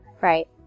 Right